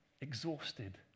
exhausted